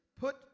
put